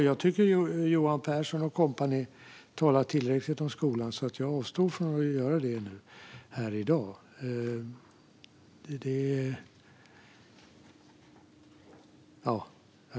Jag tycker att Johan Pehrson och kompani talar tillräckligt om skolan, så jag avstår från att göra det nu här i dag.